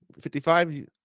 55